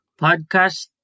podcast